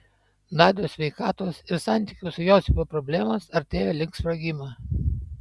nadios sveikatos ir santykių su josifu problemos artėjo link sprogimo